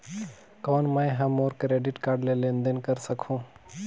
कौन मैं ह मोर क्रेडिट कारड ले लेनदेन कर सकहुं?